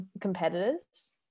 competitors